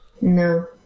No